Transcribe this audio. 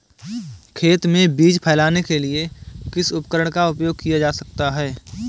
खेत में बीज फैलाने के लिए किस उपकरण का उपयोग किया जा सकता है?